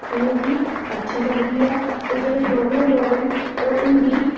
उ'नें गी अच्छी लगदी ऐ ते जेह्ड़े डोगरे लोक न ओह् हिंदी